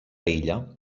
illa